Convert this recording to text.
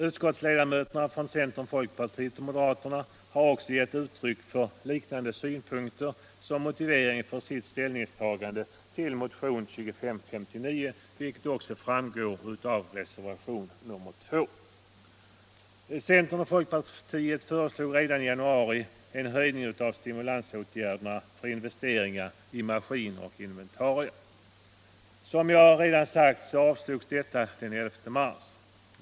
Utskottsledamöterna från centern, folkpartiet och moderaterna har också gett uttryck för liknande synpunkter som motivering för sitt ställningstagande till motionen 2559, vilket framgår av reservationen 2. Centern och folkpartiet föreslog redan i januari en ökning av stimulansåtgärderna för investeringar i maskiner och inventarier. Som jag redan sagt avslogs detta förslag den 11 mars.